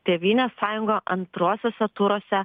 tėvynės sąjunga antruosiuose turuose